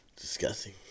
Disgusting